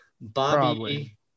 Bobby